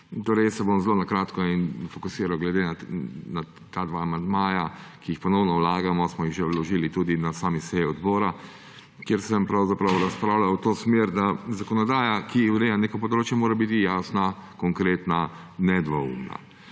Jaz se bom zelo na kratko fokusiral na ta dva amandmaja, ki jih ponovno vlagamo. Smo jih že vložili tudi na sami seji odbora, kjer sem pravzaprav razpravljal v to smer, da zakonodaja, ki ureja neko področje, mora biti jasna, konkretna, nedvoumna.